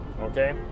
okay